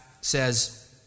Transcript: says